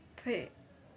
对